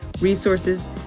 resources